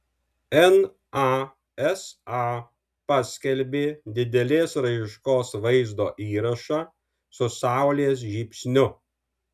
nasa paskelbė didelės raiškos vaizdo įrašą su saulės žybsniu